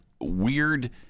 weird